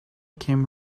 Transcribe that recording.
came